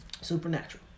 Supernatural